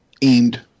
aimed